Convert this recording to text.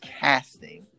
casting